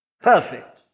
Perfect